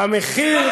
מהו המחיר?